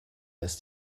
ist